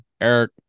eric